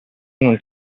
non